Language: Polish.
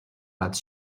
lat